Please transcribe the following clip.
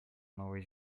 новой